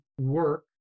work